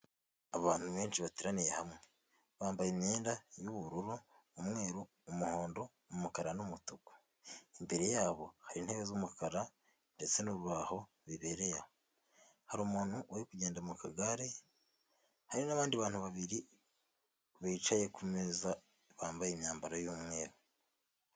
Abantu benshi bateraniye hamwe bambaye imyenda y'ubururu, umweru, umuhondo, umukara n'umutuku. Imbere yabo hari intebe z'umukara ndetse n'urubaho bibereye aho, umuntu uri kugenda mu kagare hari n'abandi bantu babiri bicaye ku meza bambaye imyambaro y'umweru.